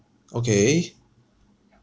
okay